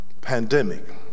pandemic